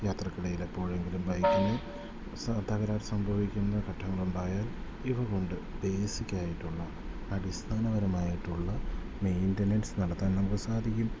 യാത്രക്കിടയിലെപ്പോഴെങ്കിലും ബൈക്കിന് തകരാർ സംഭവിക്കുന്ന ഘട്ടങ്ങളുണ്ടായാൽ ഇവ കൊണ്ട് ബേസിക്കായിട്ടുള്ള അടിസ്ഥാനപരമായിട്ടുള്ള മെയിൻറ്റനൻസ് നടത്താൻ നമുക്ക് സാധിക്കും